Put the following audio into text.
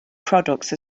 products